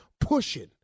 pushing